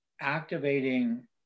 activating